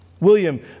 william